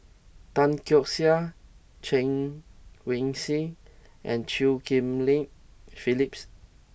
Tan Keong Saik Chen Wen Hsi and Chew Ghim Lian Philips